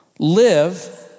Live